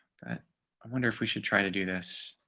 but i wonder if we should try to do this.